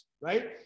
right